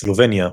סלובניה,